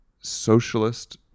socialist